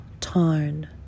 Tarn